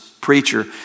preacher